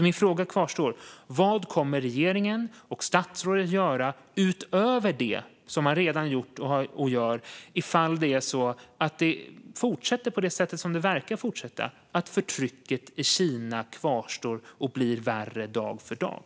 Min fråga kvarstår därför: Vad kommer regeringen och statsrådet att göra utöver det man redan gjort och gör om förtrycket i Kina kvarstår och fortsätter att förvärras dag för dag?